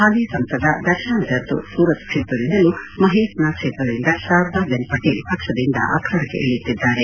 ಹಾಲಿ ಸಂಸದ ದರ್ಶನ ಜರ್ದೊಶ್ ಸೂರತ್ ಕ್ಷೇತ್ರದಿಂದಲೂ ಮಹೇಸನಾ ಕ್ಷೇತ್ರದಿಂದ ಶಾರ್ದಾ ಬೆನ್ ಪಟೇಲ್ ಪಕ್ಷದಿಂದ ಅಖಾಡಕ್ಕಿಳಿಯುತ್ತಿದ್ದಾರೆ